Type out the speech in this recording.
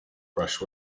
brushed